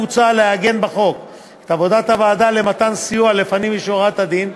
מוצע לעגן בחוק את עבודת הוועדה למתן סיוע לפנים משורת הדין,